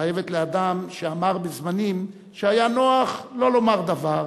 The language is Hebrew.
חייבת לאדם שאמר בזמנים שהיה נוח לא לומר דבר: